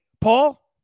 Paul